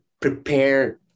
prepare